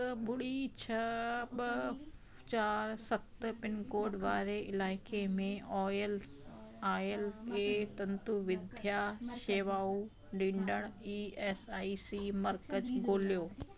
अठ ॿुड़ी छह ॿ चारि सत पिनकोड वारे इलाइक़े में ऑयल आयल ऐं तंतु विद्या शेवाऊं ॾींदड़ु ई एस आई सी मर्कज़ ॻोल्हियो